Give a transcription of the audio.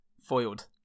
foiled